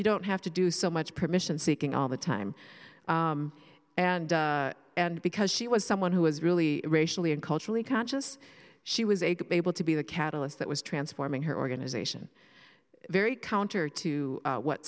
you don't have to do so much permission seeking all the time and and because she was someone who was really racially and culturally conscious she was a could be able to be the catalyst that was transforming her organization very counter to what